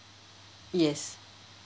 yes